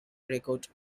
record